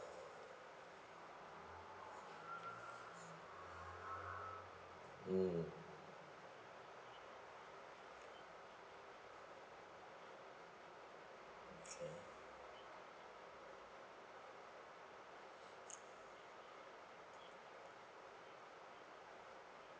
mm